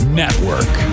network